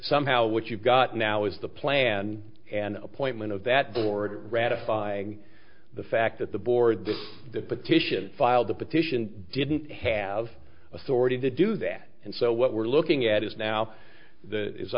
somehow what you've got now is the plan and appointment of that board ratifying the fact that the board the petition filed the petition didn't have authority to do that and so what we're looking at is now that is